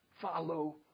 Follow